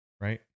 right